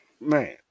man